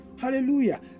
Hallelujah